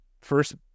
first